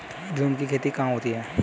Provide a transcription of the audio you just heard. झूम की खेती कहाँ होती है?